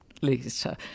Lisa